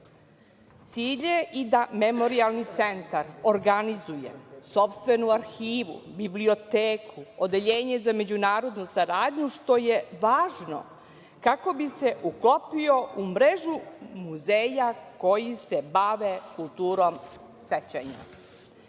je i da memorijalni centar organizuje sopstvenu arhivu, biblioteku, odeljenje za međunarodnu saradnju, što je važno kako bi se uklopio u mrežu muzeja koji se bave kulturom sećanja. Uverena